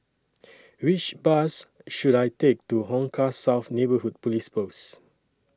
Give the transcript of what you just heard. Which Bus should I Take to Hong Kah South Neighbourhood Police Post